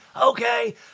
Okay